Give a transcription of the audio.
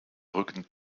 rücken